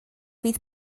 fydd